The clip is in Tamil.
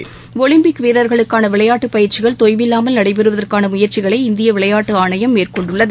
விளையாட்டுச்செய்திகள் ஒலிம்பிக் வீரர்களுக்கான விளையாட்டுப் பயிற்சிகள் தொய்வில்லாமல் நடைபெறுவதற்கான முயற்சிகளை இந்திய விளையாட்டு ஆணையம் மேற்கொண்டுள்ளது